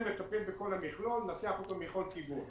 מטפלים בכל המכלול וננסח אותו מכל כיוון.